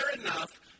enough